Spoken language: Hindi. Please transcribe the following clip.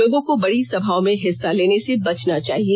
लोगों को बडी सभाओं में हिस्सा लेने से बचना चाहिए